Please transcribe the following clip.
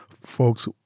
folks